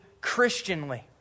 Christianly